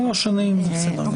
שלוש שנים, בסדר גמור.